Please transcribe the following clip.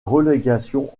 relégation